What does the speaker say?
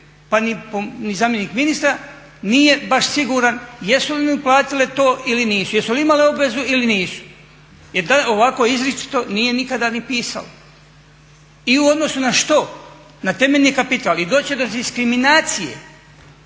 Pa ni zamjenik ministra nije baš siguran jesu li mu platile to ili nisu, jesu li imale obvezu ili nisu? Jer ovako izričito nije nikada ni pisalo. I u odnosu na što? Na temeljni kapital i doći će do diskriminacije